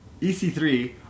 EC3